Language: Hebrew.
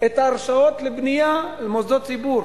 ההרשאות לבנייה למוסדות ציבור.